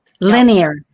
Linear